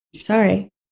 Sorry